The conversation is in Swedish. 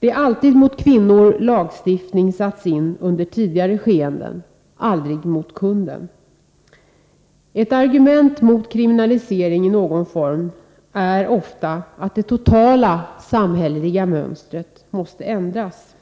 Det är alltid mot kvinnor lagstiftning satts in under tidigare skeenden, aldrig mot kunden. Ett argument mot kriminalisering i någon form som ofta förs fram är att det totala samhälleliga mönstret först måste ändras.